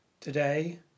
Today